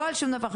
לא על שום דבר.